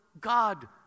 God